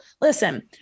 listen